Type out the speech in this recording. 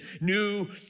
New